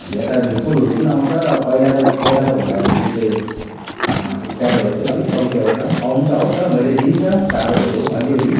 अन्त यता ढुकुरहरू पनि आउँछ पहिलाको पहिलाको भन्दा जुन चाहिँ स्प्यारो चाहिँ अलिक कम्ती आउँछ आउनु चाहिँ आउँछ मैले दिन्छु चारोहरू अलिअलि